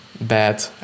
bad